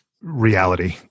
reality